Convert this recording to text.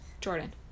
Jordan